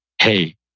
hey